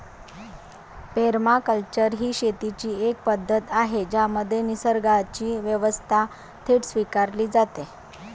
permaculture ही शेतीची एक पद्धत आहे ज्यामध्ये निसर्गाची व्यवस्था थेट स्वीकारली जाते